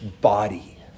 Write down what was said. body